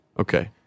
Okay